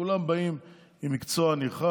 כולם באים עם מקצוע נרכש